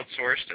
outsourced